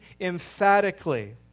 emphatically